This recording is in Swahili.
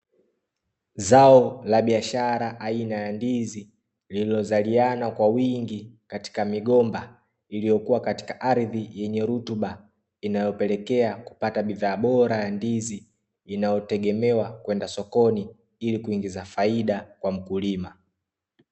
Zao la biashara aina ya ndizi, lililozaliana kwa wingi katika katika migomba iliyokuwa katika aridhi yanye rutuba inayopelekea kupata bidhaa bora ya ndizi inayotegemewa kwenda sokoni ili kuingza faida kwa mkulima.